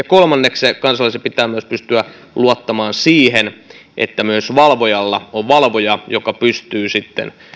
kolmanneksi kansalaisen pitää myös pystyä luottamaan siihen että myös valvojalla on valvoja joka pystyy sitten